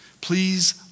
Please